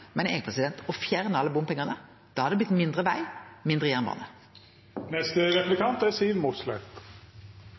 eg, å fjerne alle bompengane. Da hadde det blitt mindre veg og mindre